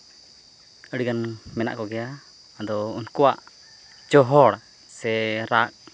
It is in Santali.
ᱟᱹᱰᱤ ᱜᱟᱱ ᱢᱮᱱᱟᱜ ᱠᱚᱜᱮᱭᱟ ᱟᱫᱚ ᱩᱱᱠᱩᱣᱟᱜ ᱪᱚᱦᱚᱲ ᱥᱮ ᱨᱟᱜ